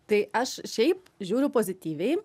tai aš šiaip žiūriu pozityviai